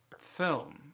film